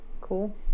Cool